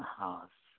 हवस्